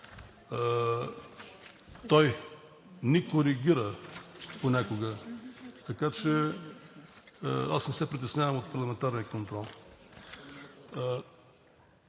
ни коригира, така че аз не се притеснявам от парламентарния контрол.